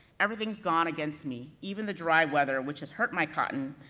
everything's gone against me, even the dry weather which has hurt my cotton,